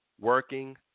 working